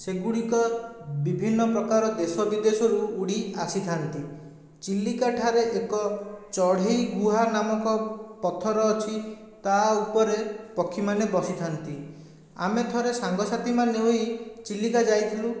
ସେଗୁଡ଼ିକ ବିଭିନ୍ନ ପ୍ରକାର ଦେଶ ବିଦେଶରୁ ଉଡ଼ି ଆସିଥାନ୍ତି ଚିଲିକାଠାରେ ଏକ ଚଢ଼େଇ ଗୁହା ନାମକ ପଥର ଅଛି ତା ଉପରେ ପକ୍ଷୀମାନେ ବସିଥାନ୍ତି ଆମେ ଥରେ ସାଙ୍ଗସାଥୀମାନେ ହୋଇ ଚିଲିକା ଯାଇଥିଲୁ